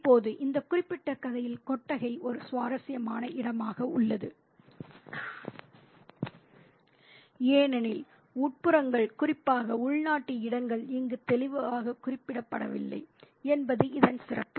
இப்போது இந்த குறிப்பிட்ட கதையில் கொட்டகை ஒரு சுவாரஸ்யமான இடமாக உள்ளது ஏனெனில் உட்புறங்கள் குறிப்பாக உள்நாட்டு இடங்கள் இங்கு தெளிவாக குறிப்பிடப்படவில்லை என்பது இதன் சிறப்பு